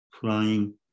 flying